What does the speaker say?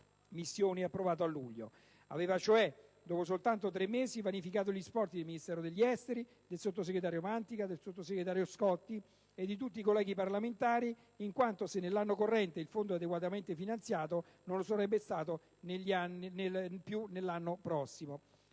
missioni approvato a luglio. Essa aveva cioè, dopo soltanto 3 mesi, vanificato gli sforzi del Ministero degli affari esteri, del sottosegretario Mantica e del sottosegretario Scotti e di tutti i colleghi parlamentari in quanto, se nell'anno corrente il Fondo è adeguatamente finanziato, non lo sarebbe stato più per l'anno prossimo.